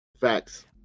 Facts